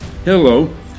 Hello